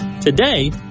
Today